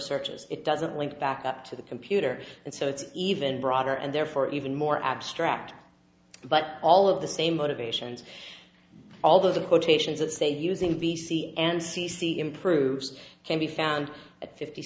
searches it doesn't link back up to the computer and so it's even broader and therefore even more abstract but all of the same motivations although the quotations that say using the c and c c improves can be found at fifty